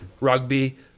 Rugby